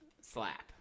Slap